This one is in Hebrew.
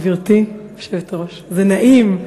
גברתי היושבת-ראש, זה נעים,